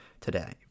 today